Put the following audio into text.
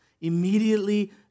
Immediately